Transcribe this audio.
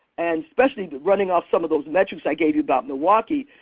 and especially running off some of those metrics i gave you about milwaukee,